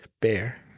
bear